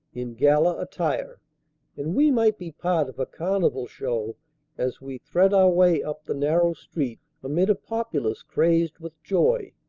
in gala attire and we might be part of a carnival show as we thread our way up the narrow street amid a populace crazed with joy.